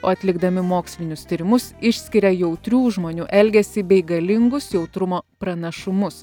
o atlikdami mokslinius tyrimus išskiria jautrių žmonių elgesį bei galingus jautrumo pranašumus